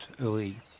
early